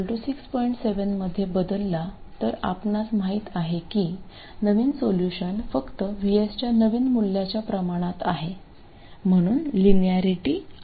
7 मध्ये बदलला तर आपणास माहित आहे की नवीन सोल्युशन फक्त VSच्या नवीन मूल्याच्या प्रमाणात आहे म्हणून लिनॅरिटी आहे